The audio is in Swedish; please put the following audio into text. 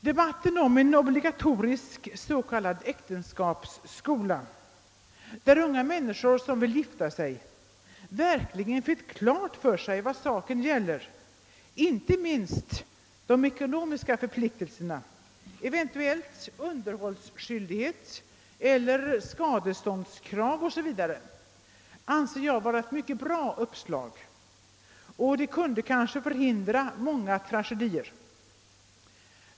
Debatten om en obligatorisk s.k. äktenskapskola, där unga människor som vill gifta sig verkligen fick klart för sig vad saken gäller, inte minst de ekonomiska förpliktelserna, underhållsskyldighet och skadeståndskrav o. s v., anser jag vara ett mycket bra uppslag som kanske kunde förhindra många tragedier.